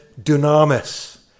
dunamis